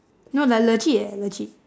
no like legit eh legit